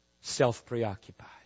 self-preoccupied